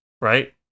right